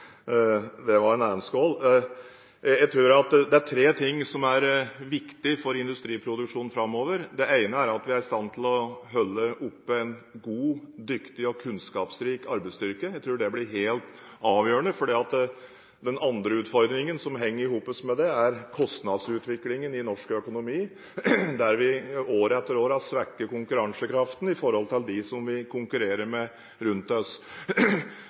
Det var en annen skål. Jeg tror det er tre ting som er viktig for industriproduksjon framover. Det ene er at vi er i stand til å holde oppe en dyktig og kunnskapsrik arbeidsstyrke. Jeg tror det blir helt avgjørende, fordi den andre utfordringen som henger sammen med det, er kostnadsutviklingen i norsk økonomi. År etter år har vi svekket konkurransekraften sammenliknet med dem rundt oss som vi konkurrerer med.